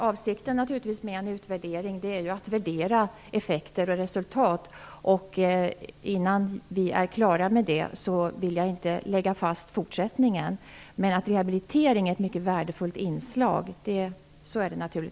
Fru talman! Avsikten med en utvärdering är naturligtvis att värdera effekter och resultat. Innan vi är klara med det vill jag inte lägga fast fortsättningen. Men naturligtvis är rehabilitering ett mycket värdefullt inslag.